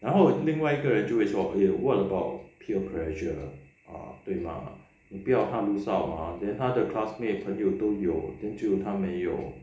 然后另外一个人会说 eh !walao! peer pressure 对吗你不要他们骚扰 then 他的 classmate 朋友都有 then 就他没有